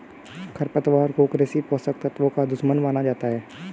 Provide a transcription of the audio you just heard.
खरपतवार को कृषि पोषक तत्वों का दुश्मन माना जाता है